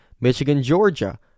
Michigan-Georgia